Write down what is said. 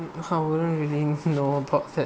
powering winning know about that